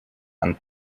and